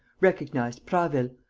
recognized prasville,